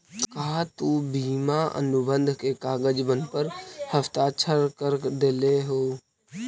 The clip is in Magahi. का तु बीमा अनुबंध के कागजबन पर हस्ताक्षरकर देलहुं हे?